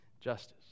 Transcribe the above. justice